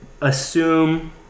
assume